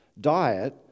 diet